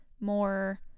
more